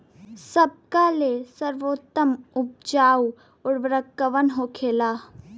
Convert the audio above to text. सबका ले सर्वोत्तम उपजाऊ उर्वरक कवन होखेला?